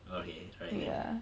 okay right then